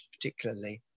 particularly